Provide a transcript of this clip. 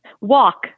Walk